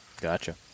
Gotcha